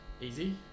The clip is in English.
Easy